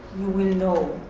will will know.